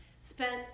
spent